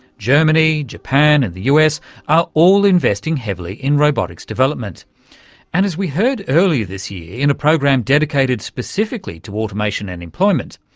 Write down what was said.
germany, japan and the us are all investing heavily in robotics development and, as we heard earlier this year in a program dedicated specifically to automation and employment,